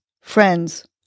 friends